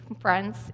friends